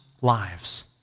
lives